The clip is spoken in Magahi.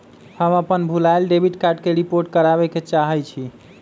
हम अपन भूलायल डेबिट कार्ड के रिपोर्ट करावे के चाहई छी